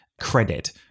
credit